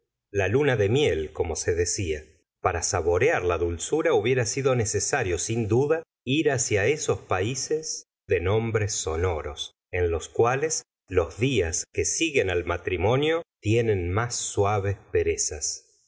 la luna de miel como se decía para saborear la dulzura hubiera sido necesario sin duda ir hacia esos paises de nombres sonoros en los cuales los dias que siguen al matrimonio tienen más suaves perezas